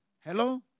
Hello